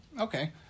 Okay